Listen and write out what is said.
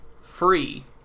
free